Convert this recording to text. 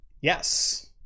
Yes